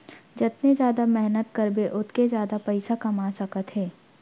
जतने जादा मेहनत करबे ओतके जादा पइसा कमा सकत हे